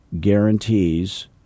guarantees